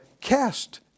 cast